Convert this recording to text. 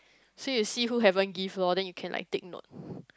say you see who haven't give lor then you can like take note